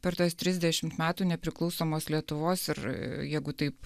per tuos trisdešimt metų nepriklausomos lietuvos ir jeigu taip